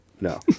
No